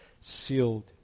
Sealed